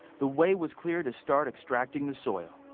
the way was clear to start extracting the soil.